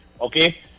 Okay